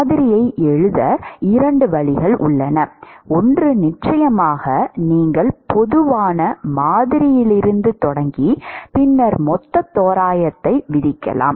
மாதிரியை எழுத இரண்டு வழிகள் உள்ளன ஒன்று நிச்சயமாக நீங்கள் பொதுவான மாதிரியிலிருந்து தொடங்கி பின்னர் மொத்த தோராயத்தை விதிக்கலாம்